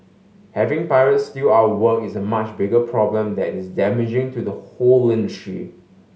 having pirates steal our work is a much bigger problem that is damaging to the whole industry